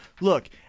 look